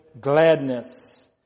gladness